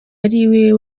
ari